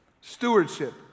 Stewardship